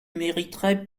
mériteraient